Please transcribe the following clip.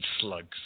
slugs